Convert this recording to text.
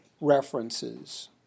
references